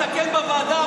נתקן בוועדה,